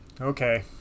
Okay